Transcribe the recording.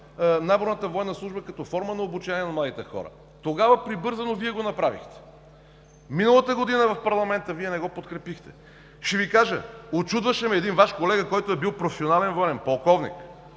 наборната военна служба като форма на обучение на младите хора. Тогава прибързано Вие го направихте. Миналата година в парламента Вие не го подкрепихте. Ще Ви кажа – учудваше ме един Ваш колега, който е бил професионален военен, полковник.